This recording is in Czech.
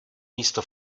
místo